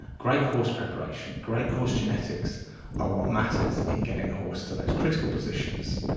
great horse preparation, great horse genetics are what matters in getting a horse to those critical positions,